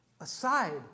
aside